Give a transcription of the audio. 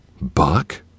Buck